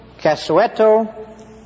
Casueto